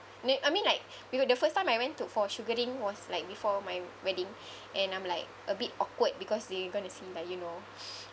no I mean like we were the first time I went to for sugaring was like before my wedding and I'm like a bit awkward because they going see like you know